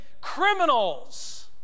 criminals